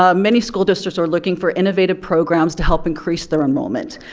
ah many school districts are looking for innovative programs to help increase their enrollment.